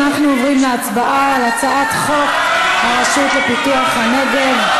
אנחנו עוברים להצבעה על הצעת חוק הרשות לפיתוח הנגב.